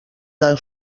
del